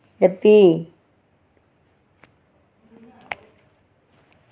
ते फ्ही